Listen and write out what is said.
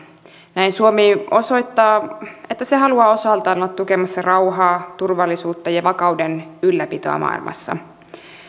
näin suomi osoittaa että se haluaa osaltaan olla tukemassa rauhaa turvallisuutta ja ja vakauden ylläpitoa maailmassa